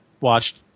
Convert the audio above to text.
watched